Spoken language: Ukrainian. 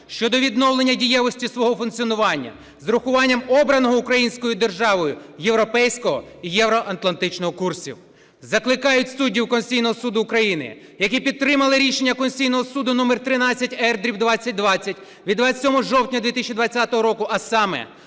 щодо відновлення дієвості свого функціонування з урахуванням обраного українською державою європейського і євроатлантичного курсів. Закликають суддів Конституційного Суду України, які підтримали рішення Конституційного Суду №13-р/2020 від 27 жовтня 2020 року, а саме: